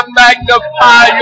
magnify